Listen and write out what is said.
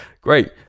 great